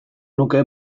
nuke